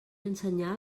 ensenyar